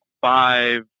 five